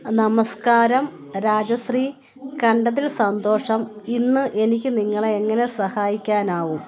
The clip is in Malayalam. നമസ്കാരം രാജശ്രീ കണ്ടതിൽ സന്തോഷം ഇന്ന് എനിക്ക് നിങ്ങളെ എങ്ങനെ സഹായിക്കാനാകും